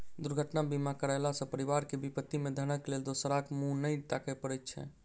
दुर्घटना बीमा करयला सॅ परिवार के विपत्ति मे धनक लेल दोसराक मुँह नै ताकय पड़ैत छै